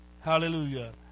Hallelujah